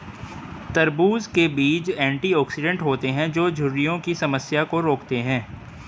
तरबूज़ के बीज एंटीऑक्सीडेंट होते है जो झुर्रियों की समस्या को रोकते है